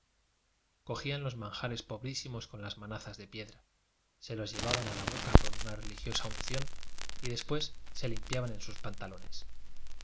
cogían los manjares pobrísímos con las manazas de piedra se los llevaban a la boca con una religiosa unción y después se limpiaban en sus pantalones